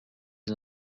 des